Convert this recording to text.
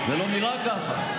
זה לא נראה ככה.